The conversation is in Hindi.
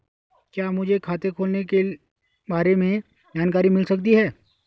क्या मुझे खाते खोलने के बारे में जानकारी मिल सकती है?